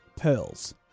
pearls